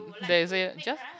then you say just